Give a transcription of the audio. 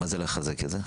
מה זה לחזק את זה?